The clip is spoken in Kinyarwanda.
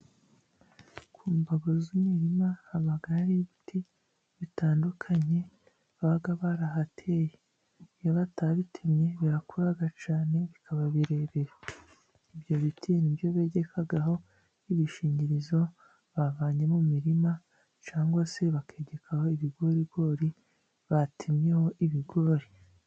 Ku mbago z'imurima haba hari ibiti bitandukanye baba barahateye, iyo batabitemye birakura cyane bikaba birera. Ibyo biti nibyo begekaho ibishingirizo bavanye mu mirima cyangwa se bakegekaho ibigorigori batemyeho ibigori.